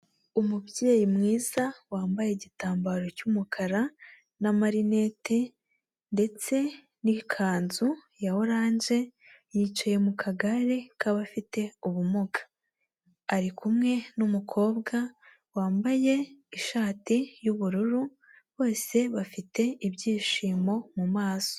Umubyeyi mwiza wambaye igitambaro cy'umukara n'amarinete ndetse n'ikanzu ya oranje, yicaye mu kagare k'abafite ubumuga. Ari kumwe n'umukobwa wambaye ishati y'ubururu, bose bafite ibyishimo mu maso.